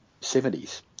70s